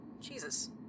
Jesus